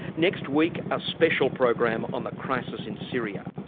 next week, a special program on the crisis in syria.